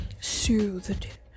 soothed